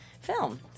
film